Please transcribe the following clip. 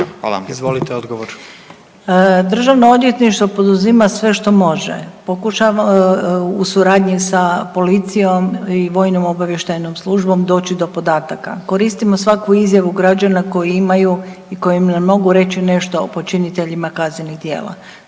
Zlata** Državno odvjetništvo poduzima sve što može u suradnji sa policijom i vojnom obavještajnom službom doći do podataka. Koristimo svaku izjavu građana koji imaju i koji nam mogu reći nešto o počiniteljima kaznenih djela,